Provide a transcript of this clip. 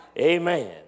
Amen